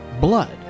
blood